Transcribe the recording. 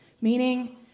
Meaning